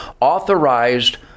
authorized